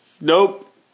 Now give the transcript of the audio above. Nope